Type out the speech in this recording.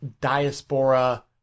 Diaspora